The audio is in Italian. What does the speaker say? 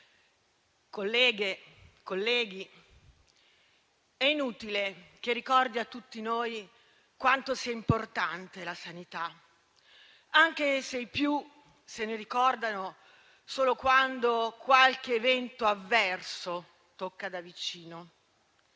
colleghe e colleghi, è inutile che ricordi a tutti noi quanto sia importante la sanità, anche se i più se ne ricordano solo quando qualche evento avverso tocca da vicino.